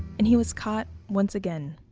and he was caught, once again,